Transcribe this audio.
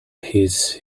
his